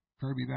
Kirby